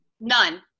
None